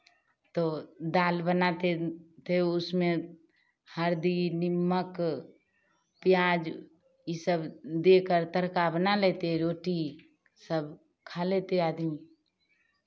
तो दाल बनाते थे उसमें हल्दी नमक प्याज ये सब देकर तड़का बना लेते रोटी सब खा लेते आदमी